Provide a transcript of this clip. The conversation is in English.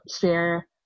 share